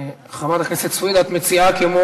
חברת הכנסת סויד, את מציעה כמו